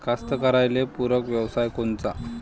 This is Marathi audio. कास्तकाराइले पूरक व्यवसाय कोनचा?